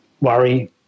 worry